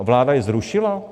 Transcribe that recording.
Vláda je zrušila?